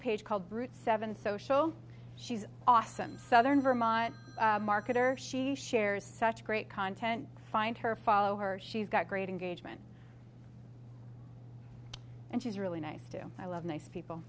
page called brut seven social she's awesome southern vermont marketer she shares such great content find her follow her she's got great engagement and she's really nice too i love nice people